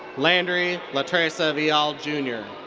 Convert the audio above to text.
landry latressa veal jr.